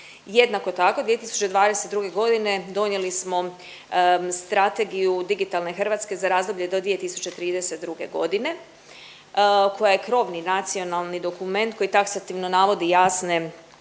jednako tako 2022.g. donijeli smo Strategiju digitalne Hrvatske za razdoblje do 2032.g. koja je krovni nacionalni dokument koji taksativno navodi jasne